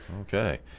Okay